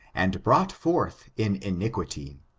and brought forth in iniquity.